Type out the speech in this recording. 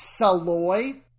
Saloy